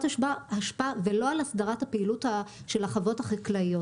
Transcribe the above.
אשפה ולא על הסדרת הפעילות של החוות החקלאיות.